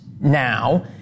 now